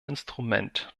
instrument